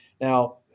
now